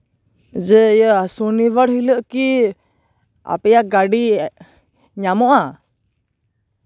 ᱡᱮ ᱤᱭᱟᱹ ᱥᱩᱱᱤᱵᱟᱨ ᱦᱤᱞᱮᱜ ᱠᱤ ᱟᱯᱮᱭᱟᱜ ᱜᱟᱹᱰᱤ ᱧᱟᱢᱚᱜᱼᱟ